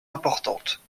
importante